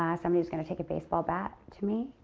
ah somebody was gonna take a baseball bat to me,